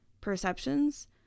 perceptions